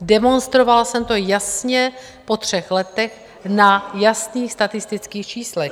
Demonstrovala jsem to jasně po třech letech na jasných statistických číslech.